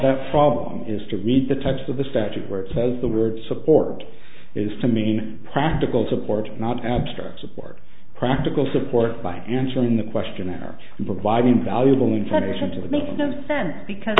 that problem is to read the text of the statute where it says the word support is to mean practical support not abstract support practical support by answering the question or providing valuable information to the makes no sense because